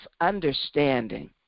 understanding